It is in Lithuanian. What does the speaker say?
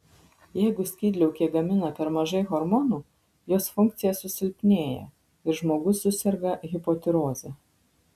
jeigu skydliaukė gamina per mažai hormonų jos funkcija susilpnėja ir žmogus suserga hipotiroze